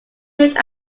moved